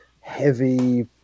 heavy